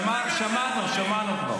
שמענו אותך.